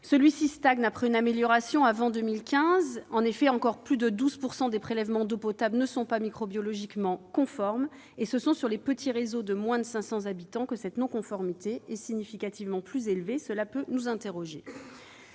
Il stagne, après une amélioration avant 2015. Encore plus de 12 % des prélèvements d'eau potable ne sont pas microbiologiquement conformes, et c'est sur les petits réseaux, de moins de 500 habitants, que cette non-conformité est significativement plus élevée. Cela peut nous interroger.